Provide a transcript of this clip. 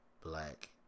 black